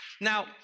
Now